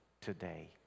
today